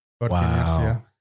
wow